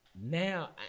now